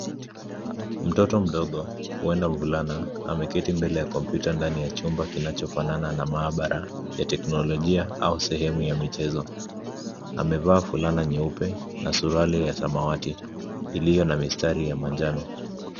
Mtoto mdogo huenda mvulana ameketi mbele ya kompyuta ndani ya chumba kinachofanana na maabara ya teknolojia au sehemu ya michezo. Amevaa fulana nyeupe na suruali ya samwati iliyo na mistari ya manjano.